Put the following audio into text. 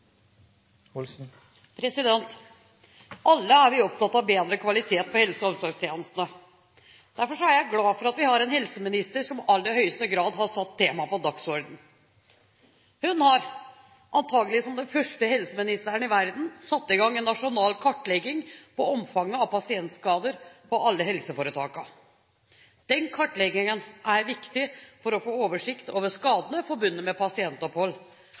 spesialisthelsetenester. Alle er vi opptatt av bedre kvalitet på helse- og omsorgstjenestene. Derfor er jeg glad for at vi har en helseminister som i aller høyeste grad har satt temaet på dagsordenen. Hun har, antakelig som den første helseministeren i verden, satt i gang en nasjonal kartlegging av omfanget av pasientskader i alle helseforetakene. Den kartleggingen er viktig for å få oversikt over skadene forbundet med